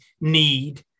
need